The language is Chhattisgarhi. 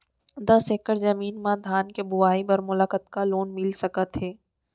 दस एकड़ जमीन मा धान के बुआई बर मोला कतका लोन मिलिस सकत हे?